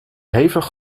hevig